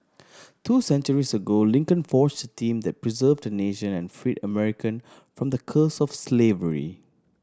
two centuries ago Lincoln forged a team that preserved a nation and freed American from the curse of slavery